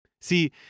See